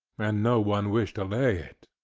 and no one wish to lay it.